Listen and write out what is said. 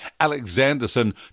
Alexanderson